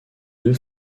deux